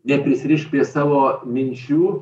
neprisirišk prie savo minčių